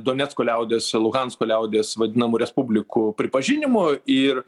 donecko liaudies luhansko liaudies vadinamų respublikų pripažinimo ir